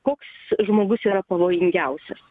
koks žmogus yra pavojingiausias